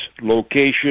location